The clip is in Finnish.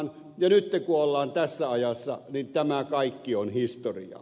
nyt kun ollaan tässä ajassa niin tämä kaikki on historiaa